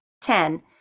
Ten